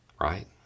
Right